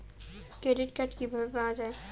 Credit card কিভাবে পাওয়া য়ায়?